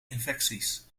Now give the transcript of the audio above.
infecties